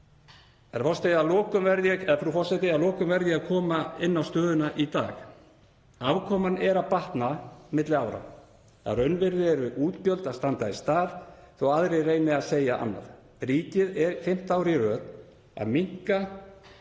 Frú forseti. Að lokum verð ég að koma inn á stöðuna í dag. Afkoman er að batna milli ára. Að raunvirði eru útgjöld að standa í stað þótt aðrir reyni að segja annað. Ríkið er fimmta árið í röð að minnka í